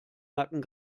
nacken